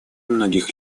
многих